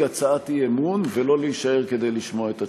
הצעת אי-אמון ולא להישאר כדי לשמוע את התשובה.